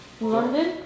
London